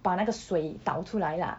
把那个水倒出来啦